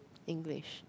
English